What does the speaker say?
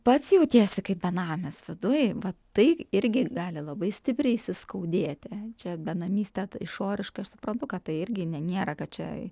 pats jautiesi kaip benamis viduj vat tai irgi gali labai stipriai įsiskaudėti čia benamystė išoriškai aš suprantu kad tai irgi ne nėra kad čia